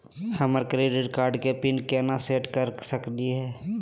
हमर credit card के PIN केना सेट कर सकली हे?